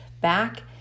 back